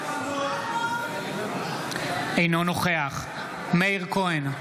אינו נוכח מאיר כהן,